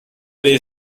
dei